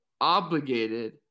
obligated